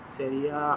sería